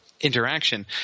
interaction